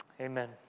Amen